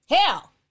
Hell